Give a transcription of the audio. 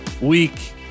week